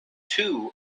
two